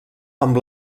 amb